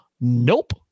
Nope